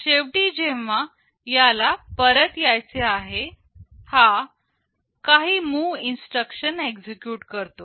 शेवटी जेव्हा याला परत यायचे आहे हा काही MOV इन्स्ट्रक्शन एक्झिक्युट करतो